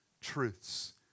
truths